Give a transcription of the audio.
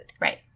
Right